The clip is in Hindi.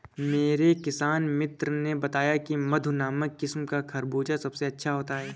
मेरे किसान मित्र ने बताया की मधु नामक किस्म का खरबूजा सबसे अच्छा होता है